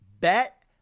bet